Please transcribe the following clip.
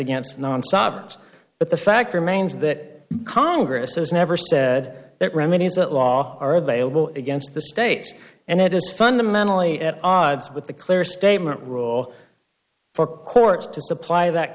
against nonstop but the fact remains that congress has never said that remedies that law are they against the states and it is fundamentally at odds with the clear statement rule for courts to supply that